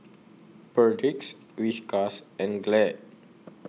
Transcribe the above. Perdix Whiskas and Glad